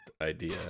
idea